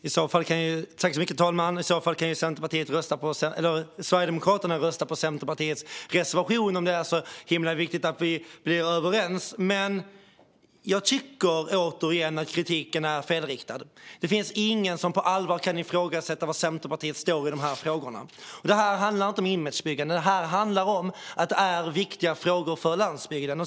Herr talman! Om det är så himla viktigt att vi blir överens kan ju Sverigedemokraterna rösta på Centerpartiets reservation. Jag tycker, återigen, att kritiken är felriktad. Det finns ingen som på allvar kan ifrågasätta var Centerpartiet står i dessa frågor. Det här handlar inte om imagebyggande, utan det handlar om att detta är viktiga frågor för landsbygden.